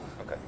Okay